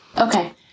Okay